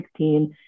2016